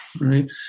right